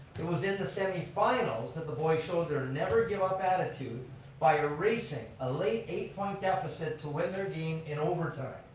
it was in the semifinals that the boys showed their never give up attitude by erasing a late eight point deficit to win their game in overtime.